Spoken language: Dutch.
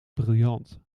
briljant